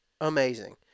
amazing